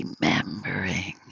remembering